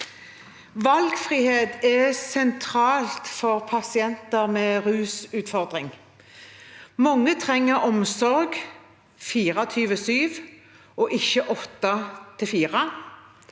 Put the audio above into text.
Valgfrihet er sentralt for pasienter med rusutfordringer. Mange trenger omsorg 24-7, og ikke fra